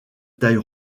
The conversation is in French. taille